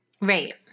Right